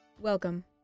Welcome